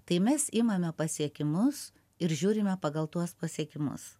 tai mes imame pasiekimus ir žiūrime pagal tuos pasiekimus